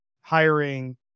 hiring